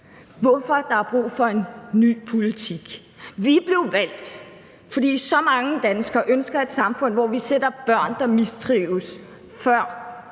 hvorfor der er brug for en ny politik. Vi blev valgt, fordi så mange danskere ønsker et samfund, hvor vi sætter børn, der mistrives, før